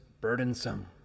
burdensome